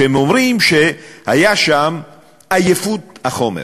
שהם אומרים שהייתה שם עייפות החומר.